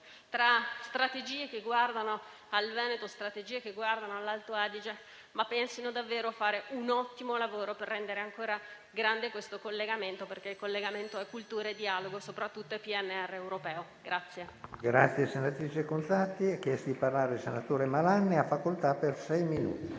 tra strategie che guardano al Veneto e strategie che guardano all'Alto Adige, ma pensino davvero a fare un ottimo lavoro per rendere ancora grande questo collegamento, perché il collegamento è cultura e dialogo e soprattutto è PNRR europeo. PRESIDENTE. È iscritto a parlare il senatore Malan. Ne ha facoltà.